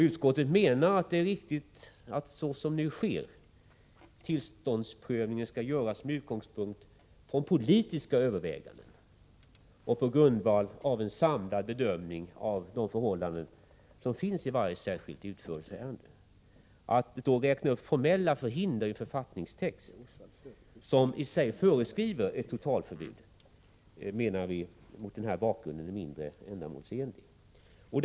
Vi menar att det är riktigt att, så som nu sker, tillståndsprövningen görs med utgångspunkt i politiska överväganden och på grundval av en samlad bedömning av de förhållanden som finns i varje särskilt utförselärende. Att då i författningstexten räkna upp formella hinder som i sig medför ett totalförbud, menar vi mot den bakgrunden är mindre ändamålsenligt.